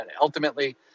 ultimately